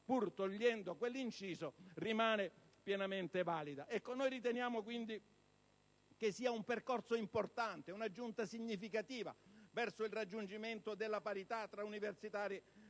pur togliendo quell'inciso, rimane pienamente valida. Noi riteniamo quindi che sia un percorso importante, un'aggiunta significativa verso il raggiungimento della parità tra universitari ed ospedalieri